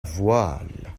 voile